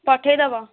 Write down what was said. ପଠେଇ ଦେବ